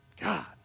God